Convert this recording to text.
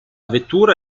vettura